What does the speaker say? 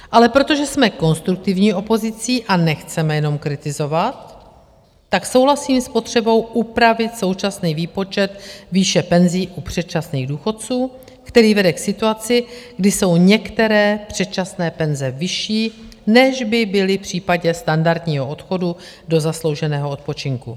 Ale protože jsme konstruktivní opozicí a nechceme jenom kritizovat, tak souhlasím s potřebou, upravit současný výpočet výše penzí u předčasných důchodců, který vede k situaci, kdy jsou některé předčasné penze vyšší, než by byly v případě standardního odchodu do zaslouženého odpočinku.